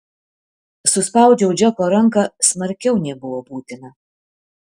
suspaudžiau džeko ranką smarkiau nei buvo būtina